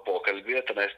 pokalbyje tenais